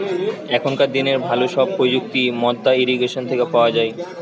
এখনকার দিনের ভালো সব প্রযুক্তি মাদ্দা ইরিগেশন থেকে পাওয়া যায়